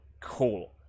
cool